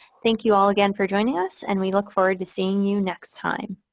thank you all again for joining us and we look forward to seeing you next time.